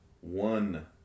one